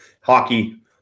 Hockey